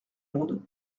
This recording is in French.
monde